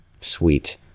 Sweet